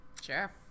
Sure